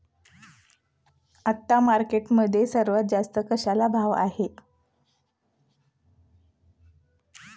आता मार्केटमध्ये सर्वात जास्त कशाला भाव आहे?